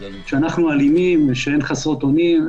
שאנחנו אלימים ושהן חסרות אונים,